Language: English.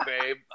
babe